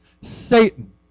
Satan